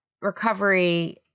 recovery